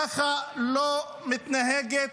ככה לא מתנהגת